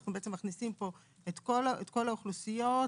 אנחנו מכניסים פה את כל האוכלוסיות,